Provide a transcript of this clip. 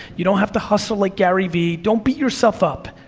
you don't have to hustle like gary vee, don't beat yourself up.